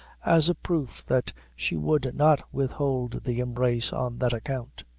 as a proof that she would not withhold the embrace on that account.